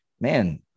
man